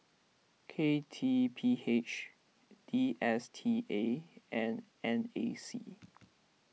K T P H D S T A and N A C